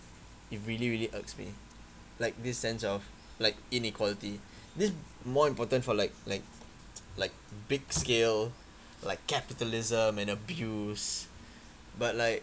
it really really irks me like this sense of like inequality this more important for like like like big-scale like capitalism and abuse but like